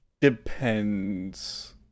depends